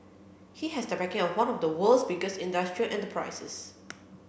he has the backing of one of the world's biggest industrial enterprises